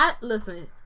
Listen